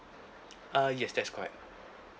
uh yes that's correct